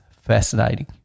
fascinating